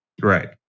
Right